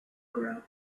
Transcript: growing